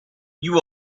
you